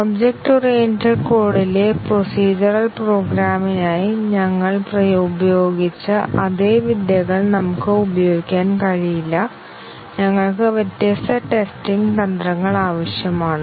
object oriented കോഡിലെ procedural പ്രോഗ്രാമിംഗിനായി ഞങ്ങൾ ഉപയോഗിച്ച അതേ വിദ്യകൾ നമുക്ക് ഉപയോഗിക്കാൻ കഴിയില്ല ഞങ്ങൾക്ക് വ്യത്യസ്ത ടെസ്റ്റിംഗ് തന്ത്രങ്ങൾ ആവശ്യമാണ്